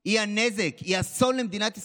הוא נזק, הוא אסון למדינת ישראל.